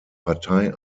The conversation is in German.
partei